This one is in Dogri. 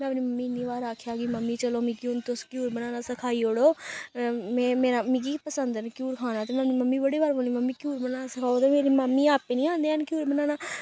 में अपनी मम्मी गी इन्नी बार आखेआ कि मम्मी चलो मिगी हून तुस घ्यूर बनाना सखाई ओड़ो में मेरा मिगी पसंद हैन घ्यूर खाना ते में अपनी मम्मी गी बड़ी बार बोलनी के मम्मी घ्यूर बनाना सखाओ ते मेरी मम्मी आपै निं औंदे हैन घ्यूर बनाना